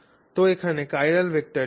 তো এখানে chiral vector কী